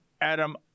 Adam